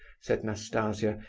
said nastasia,